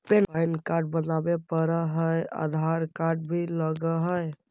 Pan card बनावे पडय है आधार कार्ड भी लगहै?